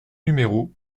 numéro